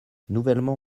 nouvellement